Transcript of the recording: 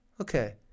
Okay